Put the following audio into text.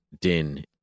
din